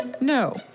No